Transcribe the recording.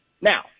Now